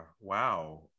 Wow